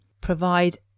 provide